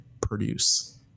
produce